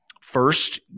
First